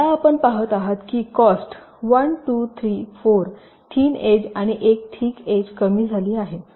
आता आपण पाहत आहात की कॉस्ट 1 2 3 4 थींन एज आणि एक थिक एज कमी झाली आहे